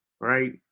right